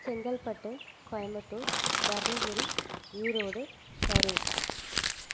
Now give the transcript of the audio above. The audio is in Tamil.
செங்கல்பட்டு கோயம்புத்தூர் தருமபுரி ஈரோடு கரூர்